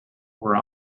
were